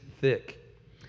thick